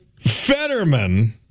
Fetterman